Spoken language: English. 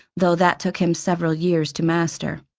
though that took him several years to master.